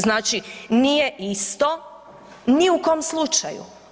Znači nije isto ni u kom slučaju.